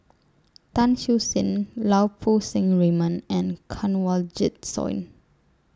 Tan Siew Sin Lau Poo Seng Raymond and Kanwaljit Soin